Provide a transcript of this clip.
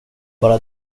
bara